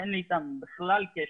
על כך שאין לי אתם בכלל קשר.